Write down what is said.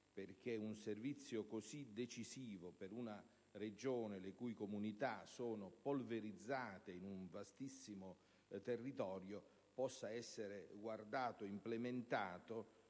perché un servizio così decisivo per una Regione le cui comunità sono polverizzate in un vastissimo territorio possa essere guardato e implementato,